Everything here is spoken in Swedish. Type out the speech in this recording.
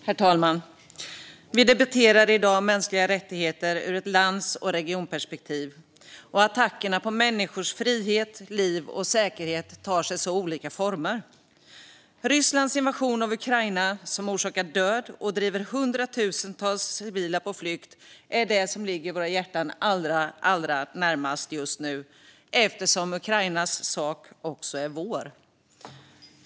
Herr talman! Vi debatterar nu mänskliga rättigheter ur ett lands och regionperspektiv, och attackerna på människors frihet, liv och säkerhet tar sig olika former. Rysslands invasion av Ukraina, som orsakar död och driver hundratusentals civila på flykt, är det som ligger våra hjärtan allra närmast just nu eftersom Ukrainas sak också är vår.